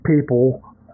people